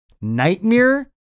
Nightmare